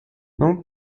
não